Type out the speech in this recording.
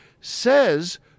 says